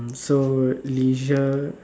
mm so leisure